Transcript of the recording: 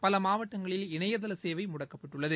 பலமாவட்டங்களில் இணையதாளசேவைமுடக்கப்பட்டுள்ளது